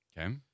Okay